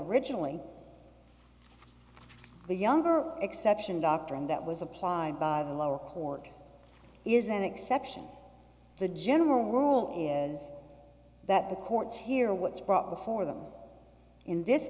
originally the younger exception doctrine that was applied by the lower court is an exception the general rule is that the courts hear what's brought before them in this